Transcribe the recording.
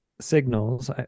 signals